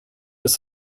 with